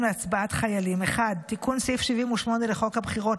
להצבעת חיילים: 1. תיקון סעיף 78 לחוק הבחירות,